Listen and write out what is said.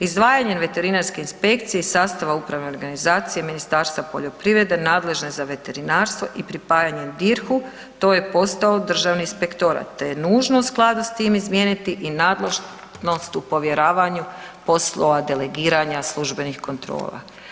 Izdvajanjem Veterinarske inspekcije i sastava upravne organizacije Ministarstva poljoprivrede nadležne za veterinarstvo i pripajanje DIRH-u to je postao Državni inspektorat te je nužno, u skladu s tim, izmijeniti i nadležnost u povjeravanju poslova delegiranja službenih kontrola.